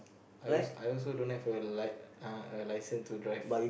I also I also don't have a li~ uh a licence to drive